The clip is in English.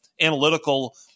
analytical